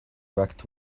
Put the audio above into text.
wrecked